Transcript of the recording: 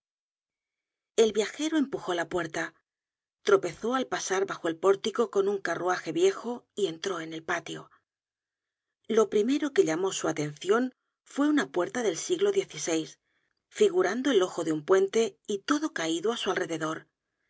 el viajero empujó la puerta tropezó al pasar bajo el pórtico con un carruaje viejo y entró en el patio lo primero que llamó su atencion fue una puerta del siglo xvi figurando el ojo de un puente y todo caido á su alrededor